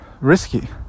risky